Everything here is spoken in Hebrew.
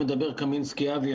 מדבר קמינסקי אבי,